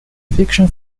fiction